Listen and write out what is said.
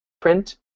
print